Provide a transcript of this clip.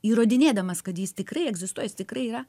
įrodinėdamas kad jis tikrai egzistuoja jis tikrai yra